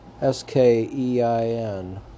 S-K-E-I-N